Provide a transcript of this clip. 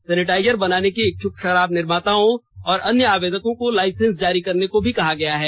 sanitiser बनाने के इच्छ्क शराब निर्माताओं और अन्य आवेदकों को लाइसेंस जारी करने को भी कहा गया है